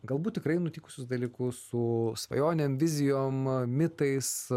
galbūt tikrai nutikusius dalykus su svajonėm vizijom mitais